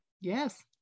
Yes